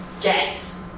guess